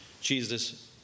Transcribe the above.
Jesus